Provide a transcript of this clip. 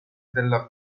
della